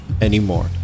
anymore